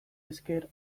esker